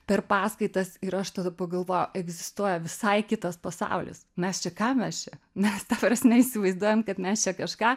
per paskaitas ir aš tada pagalvojau egzistuoja visai kitas pasaulis mes čia ką mes čia mes ta prasme įsivaizduojam kad mes čia kažką